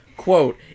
Quote